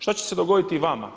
Što će se dogoditi vama?